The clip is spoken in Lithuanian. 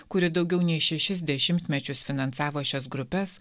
kuri daugiau nei šešis dešimtmečius finansavo šias grupes